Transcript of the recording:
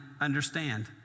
understand